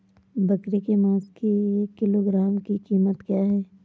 बकरे के मांस की एक किलोग्राम की कीमत क्या है?